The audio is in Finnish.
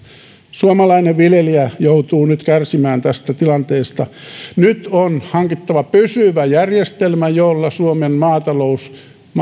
suomalainen viljelijä joutuu nyt kärsimään tästä tilanteesta nyt on hankittava pysyvä järjestelmä jolla suomen maatalous